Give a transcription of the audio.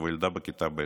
וילדה בכיתה ב'.